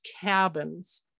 cabins